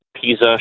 PISA